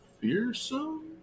Fearsome